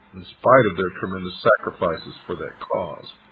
in spite of their tremendous sacrifices for that cause.